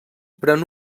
pren